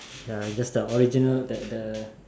ya just the original the the